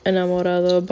Enamorado